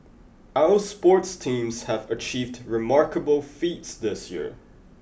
our sports teams have achieved remarkable feats this year